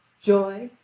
joy?